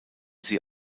sie